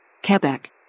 Quebec